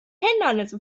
hindernisse